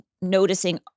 noticing